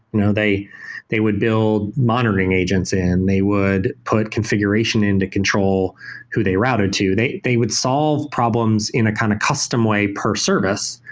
you know they they would build monitoring agency and they would put configuration into control who they route it to. they they would solve problems in a kind of custom way per service.